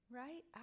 right